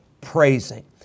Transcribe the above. praising